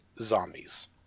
zombies